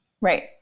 Right